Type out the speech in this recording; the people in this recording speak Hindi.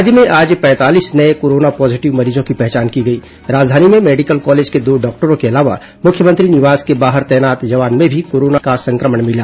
राज्य में आज पैंतालीस नये कोरोना पॉजीटिव मरीजों की पहचान की गई राजधानी में मेडिकल कॉलेज को दो डॉक्टरों के अलावा मुख्यमंत्री निवास के बाहर तैनात जवान में भी कोरोना का संक्रमण भिला